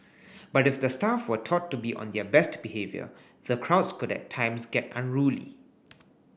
but if the staff were taught to be on their best behaviour the crowds could at times get unruly